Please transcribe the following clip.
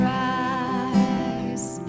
rise